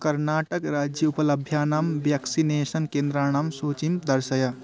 कर्नाटकराज्ये उपलभ्यानां ब्याक्सिनेषन् केन्द्राणां सूचीं दर्शय